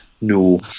No